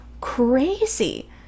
crazy